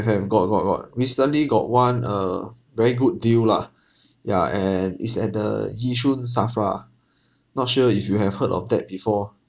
got got got recently got one err very good deal lah ya and it's at the yishun SAFRA not sure if you have heard of that before